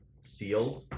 sealed